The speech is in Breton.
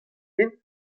int